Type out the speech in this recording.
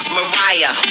Mariah